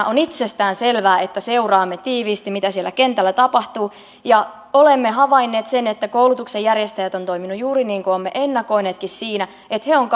on itsestään selvää että ministeriönä seuraamme tiiviisti mitä siellä kentällä tapahtuu ja olemme havainneet että koulutuksen järjestäjät ovat toimineet juuri niin kuin olemme ennakoineetkin siinä että he ovat